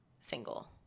single